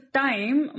time